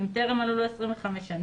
אם טרם מלאו לו 25 שנים,